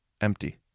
empty